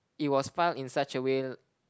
it was filed in such a way